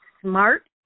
smart